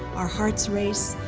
our hearts raise,